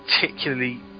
particularly